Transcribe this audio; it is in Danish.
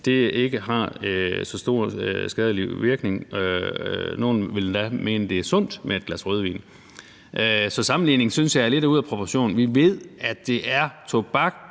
ikke har så stor og skadelig en virkning. Nogle vil endda mene, at det er sundt med et glas rødvin. Så sammenligningen synes jeg er lidt ude af proportion. Vi ved, at det er tobak,